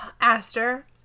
Aster